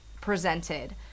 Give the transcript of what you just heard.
presented